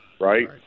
right